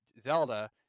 zelda